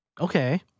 Okay